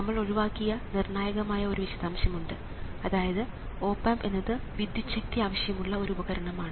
നമ്മൾ ഒഴിവാക്കിയ നിർണായകമായ ഒരു വിശദാംശമുണ്ട് അതായത് ഓപ് ആമ്പ് എന്നത് വിദ്യുച്ഛക്തി ആവശ്യമുള്ള ഒരു ഉപകരണമാണ്